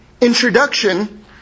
introduction